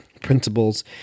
Principles